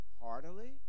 heartily